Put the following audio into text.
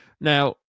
now